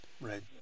right